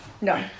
No